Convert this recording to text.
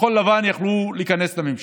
כחול לבן יכלו להיכנס לממשלה,